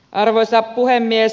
arvoisa puhemies